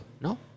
No